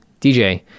DJ